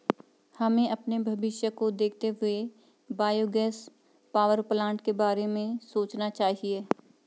हमें अपने भविष्य को देखते हुए बायोगैस पावरप्लांट के बारे में सोचना चाहिए